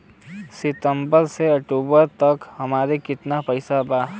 सितंबर से अक्टूबर तक हमार कितना पैसा बा?